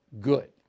good